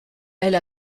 elle